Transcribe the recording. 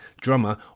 drummer